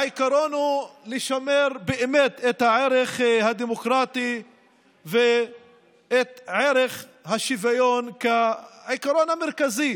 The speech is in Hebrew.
העיקרון הוא לשמר באמת את הערך הדמוקרטי ואת ערך השוויון כעיקרון המרכזי